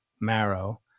marrow